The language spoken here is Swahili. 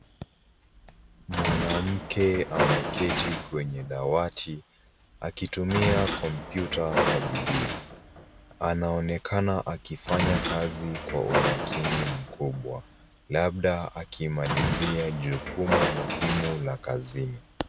Mwanamke ameketi kwenye dawati akitumia kompyuta kwa bidii. Anaonekana akifanya kazi kwa umakini mkubwa labda akimalizia jukumu muhimu la kazini.